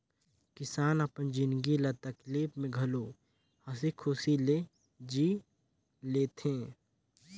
किसान अपन जिनगी ल तकलीप में घलो हंसी खुशी ले जि ले थें